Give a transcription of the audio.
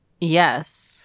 yes